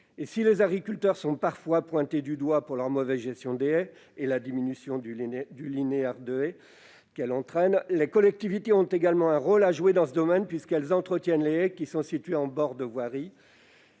Si les agriculteurs sont parfois pointés du doigt pour leur mauvaise gestion des haies et la diminution du linéaire de haies qu'elle entraîne, les collectivités ont également un rôle à jouer dans ce domaine puisqu'elles entretiennent les haies situées en bord de voirie,